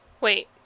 Wait